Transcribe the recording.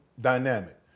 dynamic